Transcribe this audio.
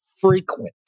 frequent